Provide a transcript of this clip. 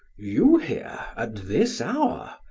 you here at this hour!